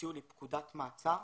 הוציאו לי פקודת מעצר